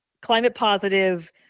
climate-positive